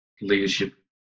leadership